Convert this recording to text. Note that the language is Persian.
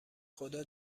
خدا